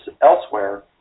elsewhere